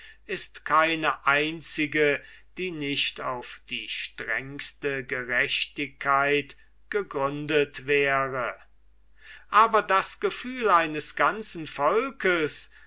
ist keine einzige die nicht auf die strengste gerechtigkeit gegründet wäre aber das gefühl eines ganzen volkes